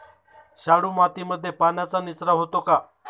शाडू मातीमध्ये पाण्याचा निचरा होतो का?